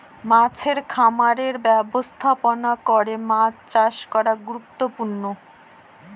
মাছের খামারের ব্যবস্থাপনা করে মাছ চাষ করা গুরুত্বপূর্ণ